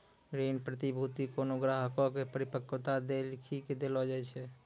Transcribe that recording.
ऋण प्रतिभूती कोनो ग्राहको के परिपक्वता देखी के देलो जाय छै